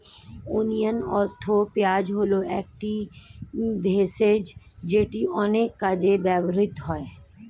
onion অর্থাৎ পেঁয়াজ হল একটি ভেষজ যেটি অনেক কাজে ব্যবহৃত হয়